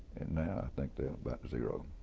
now i think they're about zero.